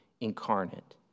incarnate